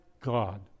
God